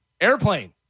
Airplane